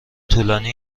طولانی